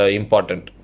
important